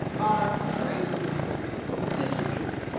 are strangely situated.